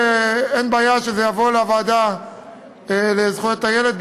אין בעיה שזה יעבור לוועדה לזכויות הילד,